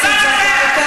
חבר הכנסת זחאלקה,